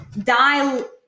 dial